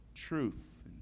truth